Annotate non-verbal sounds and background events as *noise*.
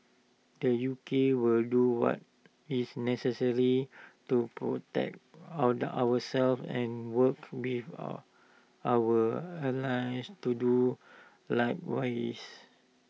the U K will do what is necessary to protect our ourselves and work with *hesitation* our allies to do likewise